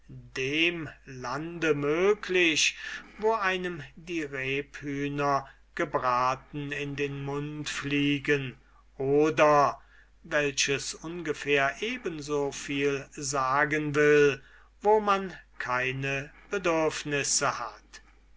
dem lande möglich wo einem die rebhühner gebraten in den mund fliegen oder welches ungefähr eben so viel sagen will wo man keine bedürfnisse hat